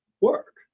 work